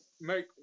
make